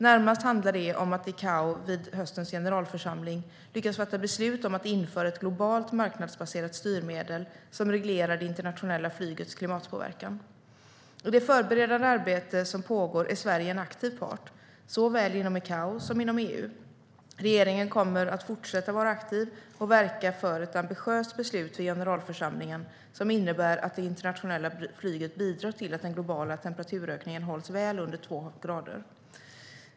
Närmast handlar det om att ICAO, vid höstens generalförsamling, lyckas fatta beslut om att införa ett globalt marknadsbaserat styrmedel som reglerar det internationella flygets klimatpåverkan. I det förberedande arbete som pågår är Sverige en aktiv part, såväl inom ICAO som inom EU. Regeringen kommer att fortsätta vara aktiv och verka för ett ambitiöst beslut vid generalförsamlingen som innebär att det internationella flyget bidrar till att den globala temperaturökningen hålls väl under två grader.